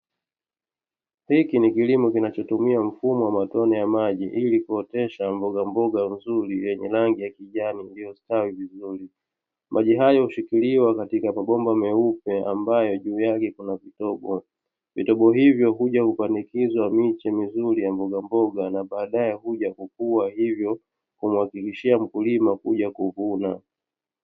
Hiki ni kilimo kinachotumia mfumo wa matone ya maji ilikuotesha mboga mboga nzuri yenye rangi ya kijani iliostawi vizuri. Maji hayo hushikiliwa katika mabomba meupe ambayo juu yake kuna vitobo, vitobo hivi huja kupandikizwa miche mizuri ya mboga mboga na baadae huja kukua hivyo kumhakikishia mkulima kuja kuvuna.